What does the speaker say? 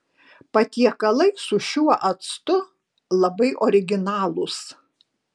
patiekalai su šiuo actu labai originalūs